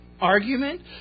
argument